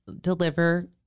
deliver